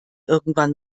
irgendwann